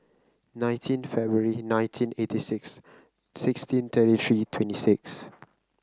nineteen February nineteen eighty six sixteen thirty three twenty six